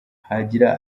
hagira